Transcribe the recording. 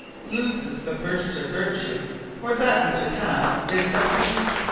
looseth the purgative vertue or that which it hath, is but weake.